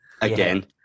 again